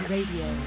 Radio